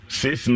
six